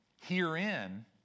herein